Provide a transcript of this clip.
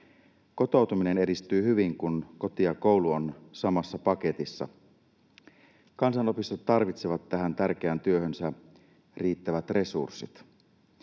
Kotoutuminen edistyy hyvin, kun koti ja koulu ovat samassa paketissa. Kansanopistot tarvitsevat tähän tärkeään työhönsä riittävät resurssit.